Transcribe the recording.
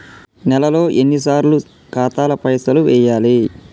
నెలలో ఎన్నిసార్లు ఖాతాల పైసలు వెయ్యాలి?